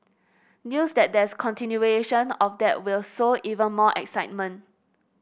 news that there's continuation of that will sow even more excitement